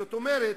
זאת אומרת,